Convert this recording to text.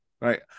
right